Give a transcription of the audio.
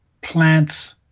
plants